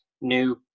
new